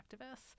activists